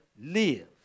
live